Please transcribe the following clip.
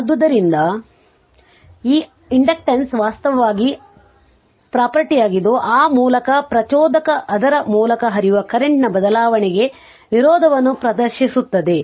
ಆದ್ದರಿಂದ ಆ ಇಂಡಕ್ಟನ್ಸ್ ವಾಸ್ತವವಾಗಿ ಪ್ರಾಪರ್ಟಿಯಾಗಿದ್ದು ಆ ಮೂಲಕ ಪ್ರಚೋದಕವು ಅದರ ಮೂಲಕ ಹರಿಯುವ ಕರೆಂಟ್ ನ ಬದಲಾವಣೆಗೆ ವಿರೋಧವನ್ನು ಪ್ರದರ್ಶಿಸುತ್ತದೆ